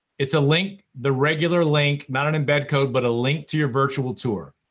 it's a link, the regular link, not an embed code, but a link to your virtual tour.